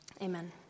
Amen